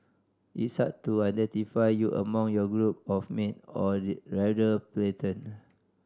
it's hard to identify you among your group of mate or rather platoon